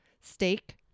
steak